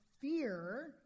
fear